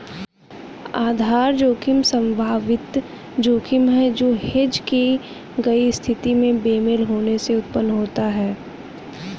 आधार जोखिम संभावित जोखिम है जो हेज की गई स्थिति में बेमेल होने से उत्पन्न होता है